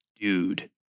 dude